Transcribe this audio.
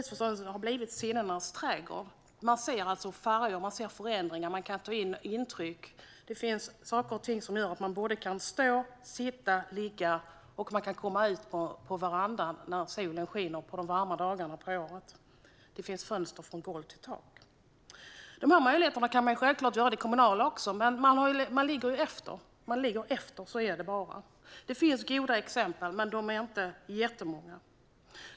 Det har blivit en sinnenas trädgård där man ser färger och förändringar och kan ta in intryck, där det finns saker och ting som gör att man kan stå såväl som sitta och ligga. Man kan komma ut på verandan under varma dagar på året när solen skiner. Och det finns fönster som går från golv till tak. Det kan självklart göras inom den kommunala verksamheten också. Men där ligger man efter. Så är det bara. Det finns goda exempel, men de är inte jättemånga.